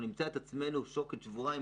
אנחנו נמצא את עצמנו מול שוקת שבורה אם